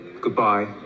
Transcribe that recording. Goodbye